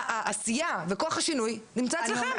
העשייה וכוח השינוי נמצא אצלכם.